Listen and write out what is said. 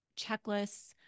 checklists